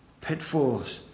pitfalls